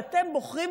ואתם בוחרים,